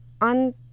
On